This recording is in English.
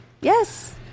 yes